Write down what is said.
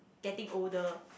getting older